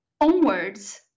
onwards